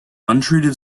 untreated